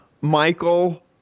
Michael